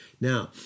Now